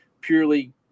purely